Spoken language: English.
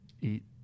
eat